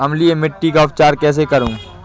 अम्लीय मिट्टी का उपचार कैसे करूँ?